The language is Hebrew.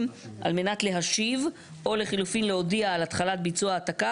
על מנת להשיב או לחילופין להודיע על התחלת ביצוע העתקה,